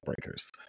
breakers